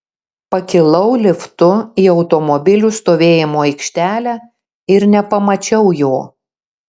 pakilau liftu į automobilių stovėjimo aikštelę ir nepamačiau jo